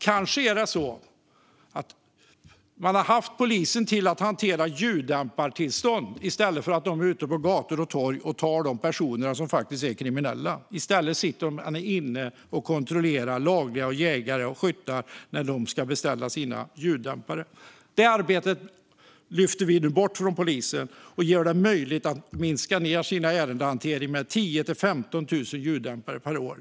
Kanske har man haft poliser till att hantera ljuddämpartillstånd i stället för att vara ute på gator och torg och ta de personer som faktiskt är kriminella. I stället för att göra detta sitter de inne och kontrollerar lagliga jägare och skyttar när dessa ska beställa sina ljuddämpare. Det arbetet lyfter vi nu bort från polisen så att de får möjlighet att minska sin ärendehantering med 10 000-15 000 ljuddämpare per år.